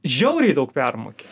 žiauriai daug permoki